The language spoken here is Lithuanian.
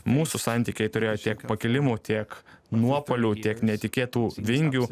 mūsų santykiai turėjo tiek pakilimų tiek nuopuolių tiek netikėtų vingių